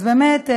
אז באמת,